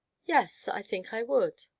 yes, i think i would.